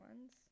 ones